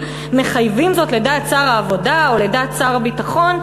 מחייבים זאת לדעת שר העבודה או לדעת שר הביטחון,